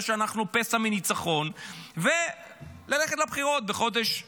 שאנחנו פסע מניצחון וללכת לבחירות בחודש מאי,